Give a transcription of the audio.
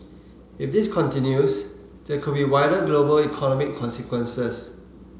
if this continues there could be wider global economic consequences